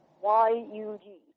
Y-U-G